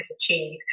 achieve